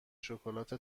شکلات